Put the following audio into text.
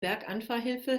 berganfahrhilfe